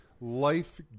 life